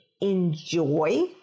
enjoy